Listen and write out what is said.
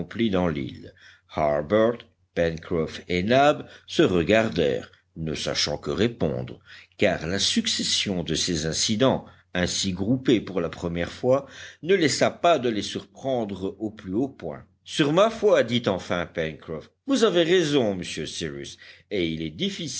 dans l'île harbert pencroff et nab se regardèrent ne sachant que répondre car la succession de ces incidents ainsi groupés pour la première fois ne laissa pas de les surprendre au plus haut point sur ma foi dit enfin pencroff vous avez raison monsieur cyrus et il est